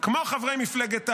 כמו חברי מפלגת העבודה.